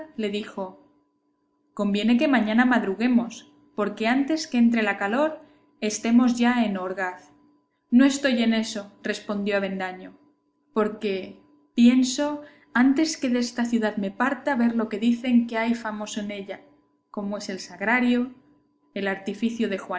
le dijo conviene que mañana madruguemos porque antes que entre la calor estemos ya en orgaz no estoy en eso respondió avendaño porque pienso antes que desta ciudad me parta ver lo que dicen que hay famoso en ella como es el sagrario el artificio de